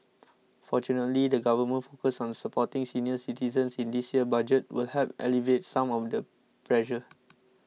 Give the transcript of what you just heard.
fortunately the government's focus on supporting senior citizens in this year's Budget will help alleviate some of the pressure